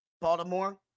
Baltimore